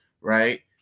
right